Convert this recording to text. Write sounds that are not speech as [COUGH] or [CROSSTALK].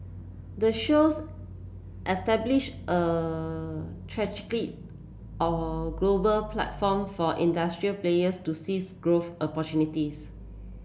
the shows establish a [UNINTELLIGIBLE] or global platform for industry players to seize growth opportunities